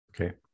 Okay